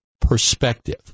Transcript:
perspective